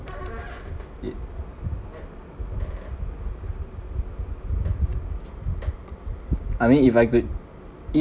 it I mean if I could it